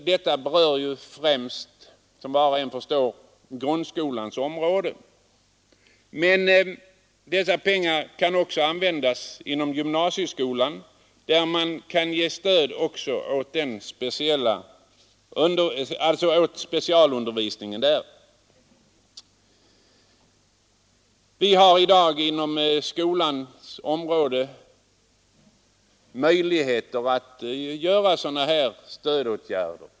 Detta berör som var och en förstår främst grundskolan, men pengarna kan också användas till stödåtgärder inom gymnasieskolans specialundervisning. Vi har i dag goda möjligheter att vidta stödåtgärder inom skolans område.